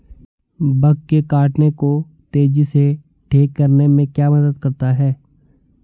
Bug के काटने को तेजी से ठीक करने में क्या मदद करता है?